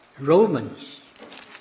Romans